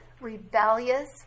rebellious